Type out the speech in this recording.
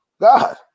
God